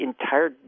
entire